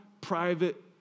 private